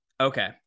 Okay